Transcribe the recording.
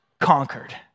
conquered